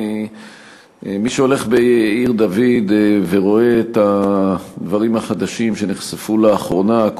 מי שהולך בעיר-דוד ורואה את הדברים החדשים שנחשפו לאחרונה,